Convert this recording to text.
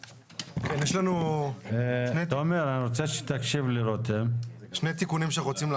יש לנו שני תיקונים שאנחנו רוצים לערוך.